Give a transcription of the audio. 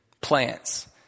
plants